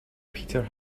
peter